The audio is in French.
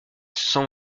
cent